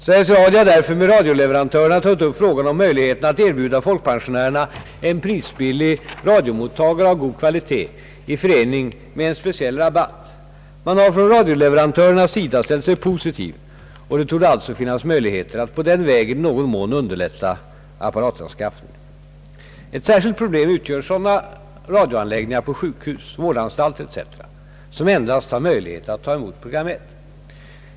Sveriges Radio har därför med radioleverantörerna tagit upp frågan om möjligheterna att erbjuda folkpensionärerna en prisbillig radiomottagare av god kvalitet i förening med en speciell rabatt. Man har från radioleverantörernas sida ställt sig positiv, och det torde alltså finnas möjligheter att på denna väg i någon mån underlätta apparatanskaffningen. Ett särskilt problem utgör sådana radioanläggningar på sjukhus, vårdanstalter etc., som endast har möjlighet att ta emot program 1.